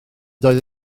doedd